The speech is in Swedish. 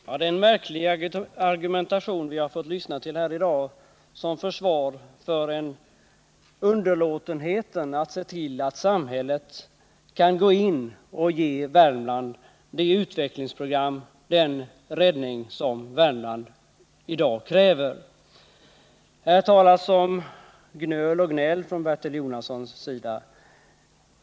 Herr talman! Det är en märklig argumentation vi har fått lyssna till här i dag som försvar för underlåtenheten att se till att samhället kan gå in och ge Värmland det utvecklingsprogram, den räddning, som Värmland nu kräver. Bertil Jonasson talar här om gnöl och gnäll.